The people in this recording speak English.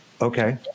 Okay